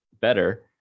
better